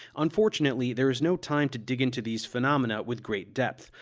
unfortunately there is no time to dig into these phenomena with great depth,